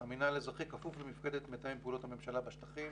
המינהל האזרחי כפוף למפקדת מתאם פעולות הממשלה בשטחים,